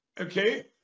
Okay